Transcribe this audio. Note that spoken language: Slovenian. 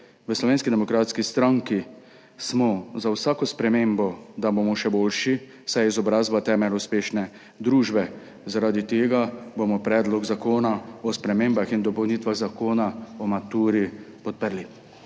V Slovenski demokratski stranki smo za vsako spremembo, da bomo še boljši, saj je izobrazba temelj uspešne družbe, zaradi tega bomo Predlog zakona o spremembah in dopolnitvah Zakona o maturi podprli.